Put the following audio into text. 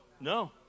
No